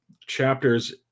chapters